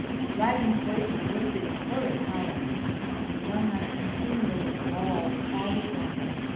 the dragon's voice was lifted in horrid howlings and the young knight continually bawled with all his lungs.